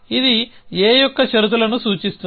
ఇది A యొక్క షరతులను సూచిస్తుంది